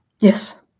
Yes